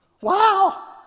Wow